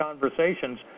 conversations